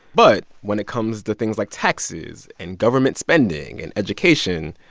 but when it comes to things like taxes and government spending and education,